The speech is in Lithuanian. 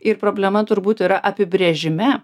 ir problema turbūt yra apibrėžime